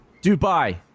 dubai